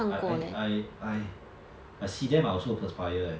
I I I I see them I also perspire eh